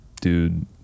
dude